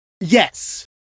Yes